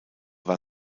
war